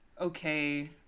okay